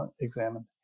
examined